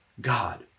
God